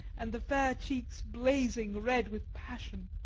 and the fair cheeks blazing red with passion.